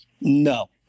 No